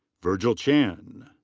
virgil chan.